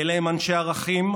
אלה הם אנשי ערכים.